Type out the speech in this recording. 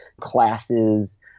classes